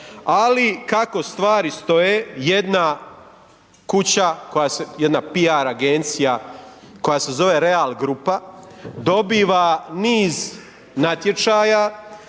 ali kako stvari stoje jedna kuća, jedna PR agencija koja se zove Real grupa dobiva niz natječaja.